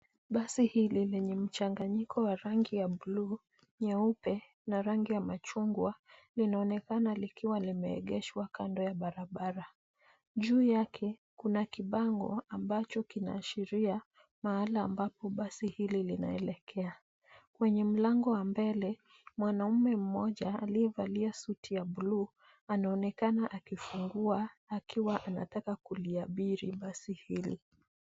Basi hili lenye mchanganyiko wa rangi ya bluu, nyeupe na rangi ya machungwa linaonekana likiwa limeegeshwa kando ya barabara. Juu yake kuna kibango ambacho kinaashiria mahala ambapo basi hili linaelekea. Kwenye mlango wa mbele, mwanaume mmoja aliyevalia suti ya bluu anaonekana akifungua akiwa anataka kuliabiri basi hili.